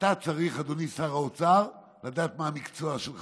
אתה צריך, אדוני שר האוצר, לדעת מה המקצוע שלך.